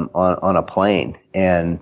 and ah on a plane. and